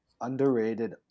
underrated